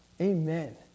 Amen